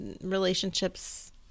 relationships